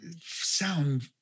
sound